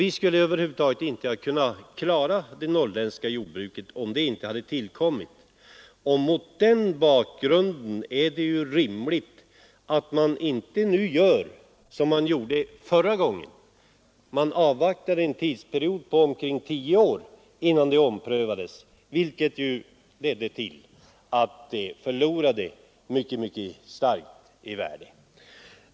Vi skulle över huvud taget inte kunna klara det norrländska jordbruket om det inte kommit till stånd. Mot den bakgrunden är det rimligt att man nu inte gör som förra gången, nämligen avvaktar under en tidsperiod på omkring tio år innan man omprövar beloppet, vilket leder till att värdet av stödet sjunker mycket starkt.